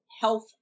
health